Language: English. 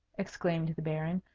exclaimed the baron.